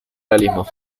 realismo